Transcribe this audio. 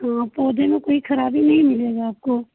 हाँ पौधे में कोई खराबी नहीं मिलेगा आपको